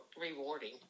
rewarding